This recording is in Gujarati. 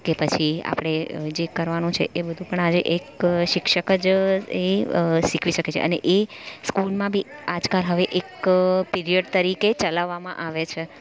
કે પછી આપણે જે કરવાનું છે એ બધું પણ આજે એક શિક્ષક જ એ શીખવી શકે છે અને એ સ્કૂલમાં બી આજકાલ હવે એક પિરિયડ તરીકે ચલાવવામાં આવે છે